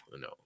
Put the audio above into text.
no